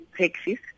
taxis